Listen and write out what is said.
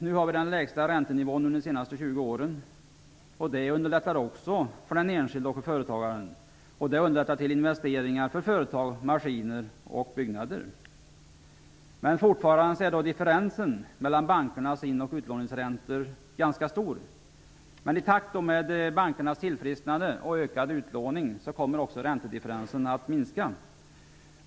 Nu ha vi den lägsta räntenivån under de senaste 20 åren. Det underlättar också för den enskilde och för företagaren. Det underlättar investeringar i företag, maskiner, byggnader och bostäder. Fortfarande är dock differensen mellan bankernas in och utlåningsräntor ganska stor. I takt med bankernas tillfrisknande och genom ökad utlåning kommer räntedifferensen att minska.